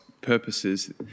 purposes